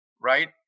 right